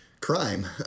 crime